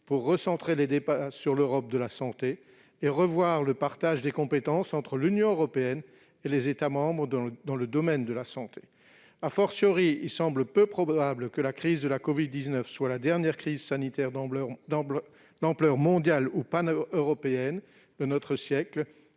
de recentrer les débats sur l'Europe de la santé et de revoir le partage des compétences entre l'Union européenne et les États membres dans le domaine de la santé., il paraît peu probable que la crise de la covid-19 soit la dernière crise sanitaire d'ampleur mondiale ou paneuropéenne de notre siècle.